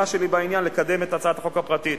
שלי בעניין לקדם את הצעת החוק הפרטית.